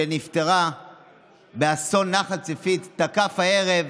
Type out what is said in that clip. שנפטרה באסון נחל צפית, תקף הערב